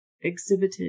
exhibited